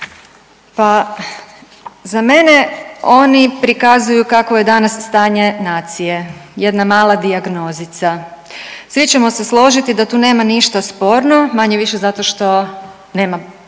Pa za mene oni prikazuju kakvo je danas stanje nacije, jedna mala dijagnozica. Svi ćemo se složiti da tu nema ništa sporno manje-više zato što nema